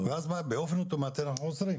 ואז באופן אוטומטי אנחנו חוזרים.